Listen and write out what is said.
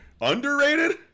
underrated